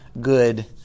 good